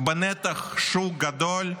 בנתח שוק גדול,